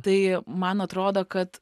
tai man atrodo kad